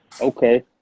Okay